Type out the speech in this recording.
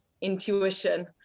intuition